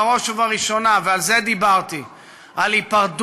בראש ובראשונה, ועל זה דיברתי, על היפרדות,